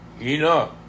enough